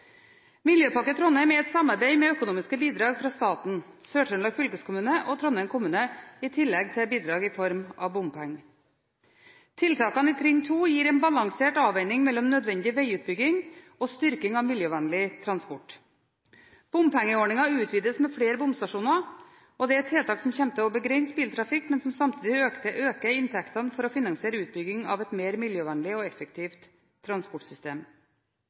Miljøpakke Trondheim er et samarbeid med økonomiske bidrag fra staten, Sør-Trøndelag fylkeskommune og Trondheim kommune, i tillegg til bidrag i form av bompenger. Tiltakene i trinn 2 gir en balansert avveining mellom nødvendig vegutbygging og styrking av miljøvennlig transport. Bompengeordningen utvides med flere bomstasjoner, og det er et tiltak som kommer til å begrense biltrafikken, men som samtidig øker inntektene for å finansiere utbyggingen av et mer miljøvennlig og effektivt transportsystem.